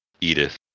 Edith